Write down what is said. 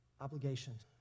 obligations